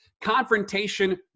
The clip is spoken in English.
confrontation